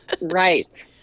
Right